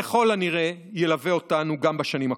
ככל הנראה ילווה אותנו גם בשנים הקרובות.